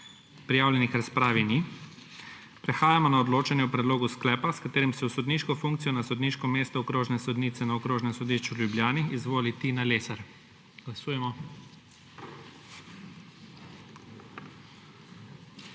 Prijavljenih k razpravi ni. Prehajamo na odločanje o predlogu sklepa, s katerim se v sodniško funkcijo na sodniško mesto okrožne sodnice na Okrožnem sodišču v Ljubljani izvoli Tina Lesar Glasujemo.